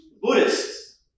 Buddhists